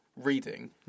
Reading